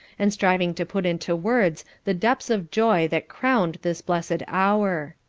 and striving to put into words the depths of joy that crowned this blessed hour.